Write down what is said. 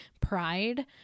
pride